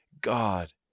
God